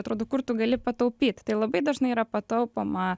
atrodo kur tu gali pataupyt tai labai dažnai yra pataupoma